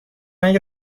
رنگ